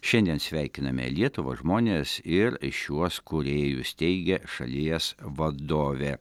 šiandien sveikiname lietuvą žmones ir šiuos kūrėjus teigia šalies vadovė